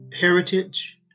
heritage